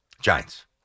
Giants